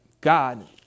God